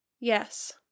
Yes